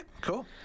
cool